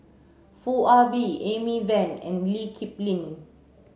Foo Ah Bee Amy Van and Lee Kip Lin